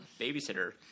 babysitter